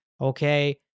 okay